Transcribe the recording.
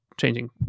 changing